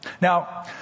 Now